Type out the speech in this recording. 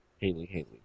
Haley-Haley